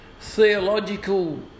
theological